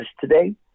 today